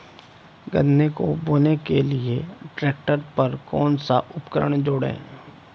गन्ने को बोने के लिये ट्रैक्टर पर कौन सा उपकरण जोड़ें?